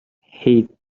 heed